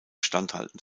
standhalten